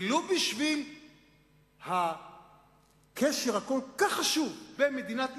ולו בשביל הקשר הכל-כך חשוב עם מדינת ישראל,